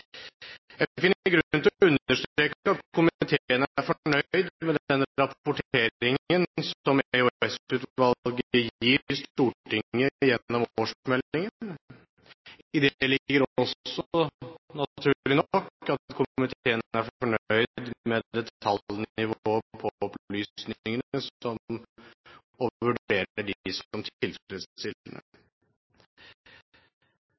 finner grunn til å understreke at komiteen er fornøyd med den rapporteringen som EOS-utvalget gir Stortinget gjennom årsmeldingen. I det ligger også naturlig nok at komiteen er fornøyd med detaljnivået på opplysningene og vurderer dem som